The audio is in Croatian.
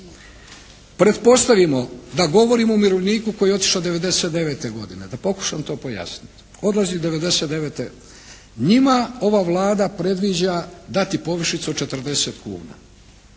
Pretpostavimo da govorimo o umirovljeniku koji je otišao 99. godine, da pokušam to pojasniti. Odlazi 99., njima ova Vlada predviđa dati povišicu od 40 kuna.